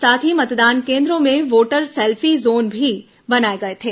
साथ ही मतदान केन्द्रों में वोटर सेल्फी जोन भी बनाए गए थे